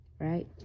Right